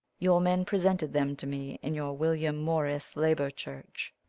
your men presented them to me in your william morris labor church.